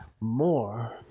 more